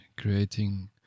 creating